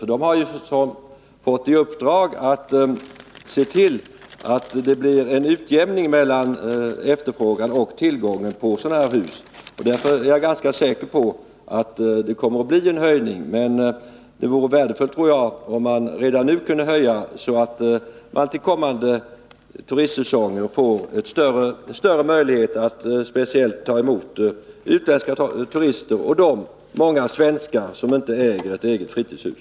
Utredningen har ju fått i uppdrag att se till att det blir en utjämning mellan efterfrågan och tillgång på sådana här hus. Därför är jag som sagt ganska säker på att det kommer att bli en höjning. Men jag tror att det vore värdefullt, om man redan nu kunde höja det skattefria beloppet, så att man till kommande turistsäsong får större möjligheter att speciellt ta emot utländska turister och de många svenskar som inte äger ett eget fritidshus.